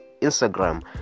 instagram